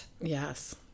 Yes